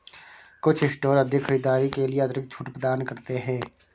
कुछ स्टोर अधिक खरीदारी के लिए अतिरिक्त छूट प्रदान करते हैं